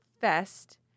fest